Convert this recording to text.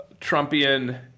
Trumpian